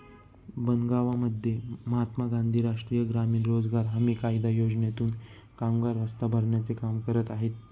बनगावमध्ये महात्मा गांधी राष्ट्रीय ग्रामीण रोजगार हमी कायदा योजनेतून कामगार रस्ता भरण्याचे काम करत आहेत